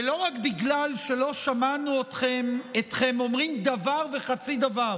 ולא רק בגלל שלא שמענו אתכם אומרים דבר וחצי דבר